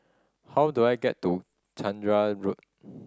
how do I get to Chander Road